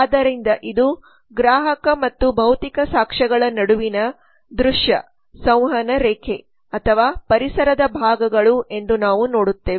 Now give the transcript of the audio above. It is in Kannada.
ಆದ್ದರಿಂದ ಇದು ಗ್ರಾಹಕ ಮತ್ತು ಭೌತಿಕ ಸಾಕ್ಷ್ಯಗಳ ನಡುವಿನ ದೃಶ್ಯ ಸಂವಹನದ ರೇಖೆ ಅಥವಾ ಪರಿಸರದ ಭಾಗಗಳು ಎಂದು ನಾವು ನೋಡುತ್ತೇವೆ